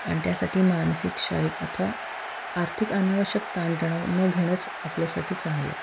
आणि त्यासाठी मानसिक शारीरिक अथवा आर्थिक अनावश्यक ताणतणाव न घेणंच आपल्यासाठी चांगलं आहे